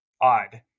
odd